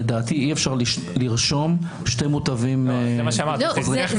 לדעתי אי-אפשר לרשום שני מוטבים חוזרים.